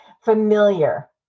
familiar